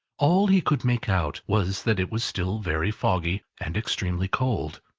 all he could make out was, that it was still very foggy and extremely cold,